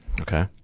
Okay